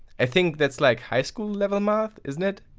i think that's like high school level math, isn't it.